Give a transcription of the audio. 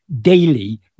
daily